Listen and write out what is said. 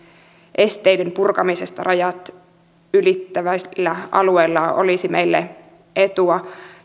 esteiden purkamisesta rajat ylittävällä alueella olisi meille etua